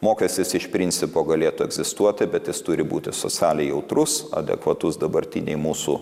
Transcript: mokestis iš principo galėtų egzistuoti bet jis turi būti socialiai jautrus adekvatus dabartinei mūsų